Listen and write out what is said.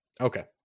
Okay